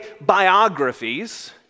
biographies